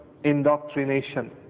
indoctrination